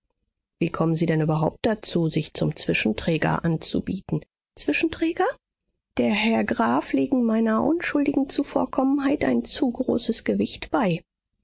wie kommen sie denn überhaupt dazu sich zum zwischenträger anzubieten zwischenträger der herr graf legen meiner unschuldigen zuvorkommenheit ein zu großes gewicht bei